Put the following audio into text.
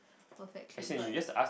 perfect team but